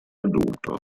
adulto